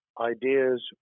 ideas